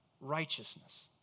righteousness